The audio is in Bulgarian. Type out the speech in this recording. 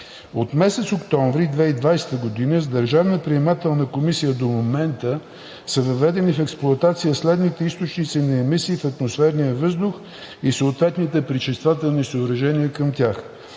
От месец октомври 2020 г. с Държавната приемателна комисия до момента са въведени в експлоатация следните източници на емисии в атмосферния въздух и съответните пречиствателни съоръжения към тях: